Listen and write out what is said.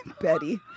Betty